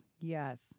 Yes